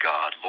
God